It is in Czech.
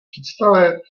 představit